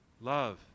love